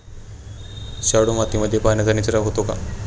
शाडू मातीमध्ये पाण्याचा निचरा होतो का?